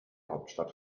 hauptstadt